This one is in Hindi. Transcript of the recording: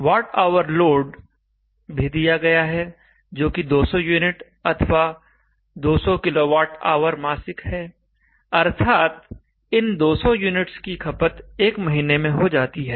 वॉटआवर लोड भी दिया गया है जो कि 200 यूनिट अथवा 200 किलोवॉट आवर मासिक kWhmonth है अर्थात् इन 200 यूनिट्स की खपत 1 महीने में हो जाती है